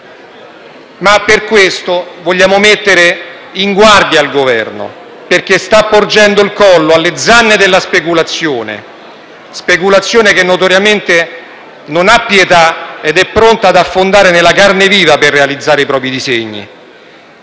Per questo vogliamo mettere in guardia il Governo, perché sta porgendo il collo alle zanne della speculazione, speculazione che, notoriamente, non ha pietà ed è pronta ad affondare nella carne viva per realizzare i propri disegni.